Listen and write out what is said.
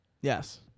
Yes